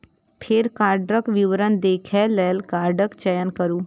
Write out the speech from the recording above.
फेर कार्डक विवरण देखै लेल कार्डक चयन करू